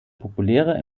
populäre